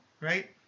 right